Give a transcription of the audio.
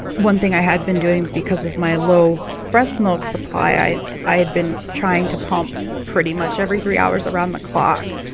one thing i had been doing because of my low breast milk supply i i had been trying to pump pretty much every three hours around the clock,